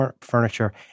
furniture